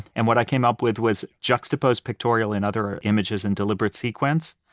and what i came up with was juxtaposed pictorial and other images and deliberate sequence,